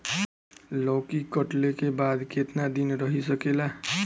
लौकी कटले के बाद केतना दिन रही सकेला?